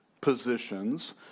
positions